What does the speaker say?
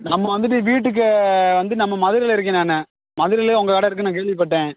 நம்ம வந்துட்டு வீட்டுக்கு வந்து நம்ம மதுரையில் இருக்கேன் நான் மதுரையிலும் உங்கள் கடை இருக்குதுன்னு நான் கேள்விப்பட்டேன்